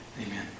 Amen